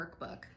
workbook